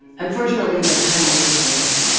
unfortunately, by the time older came,